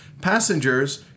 passengers